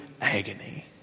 agony